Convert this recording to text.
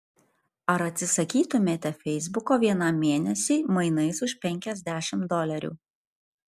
ar atsisakytumėte feisbuko vienam mėnesiui mainais už penkiasdešimt dolerių